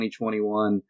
2021